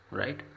right